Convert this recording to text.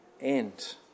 end